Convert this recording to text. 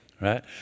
right